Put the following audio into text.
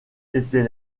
était